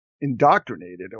indoctrinated